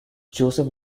joseph